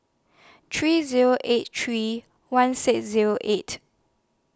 three Zero eight three one six Zero eight